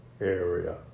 area